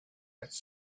its